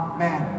Amen